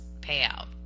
payout